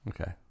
Okay